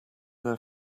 their